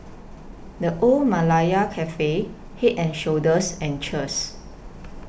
The Old Malaya Cafe Head and Shoulders and Cheers